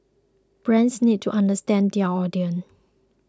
brands need to understand their audience